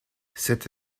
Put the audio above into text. cette